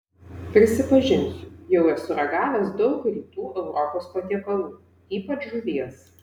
prisipažinsiu jau esu ragavęs daug rytų europos patiekalų ypač žuvies